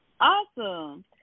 Awesome